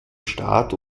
staat